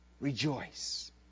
Rejoice